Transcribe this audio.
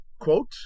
quote